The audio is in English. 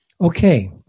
Okay